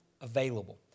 available